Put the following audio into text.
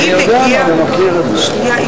סעיף 2, כהצעת